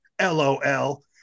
LOL